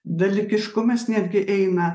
dalykiškumas netgi eina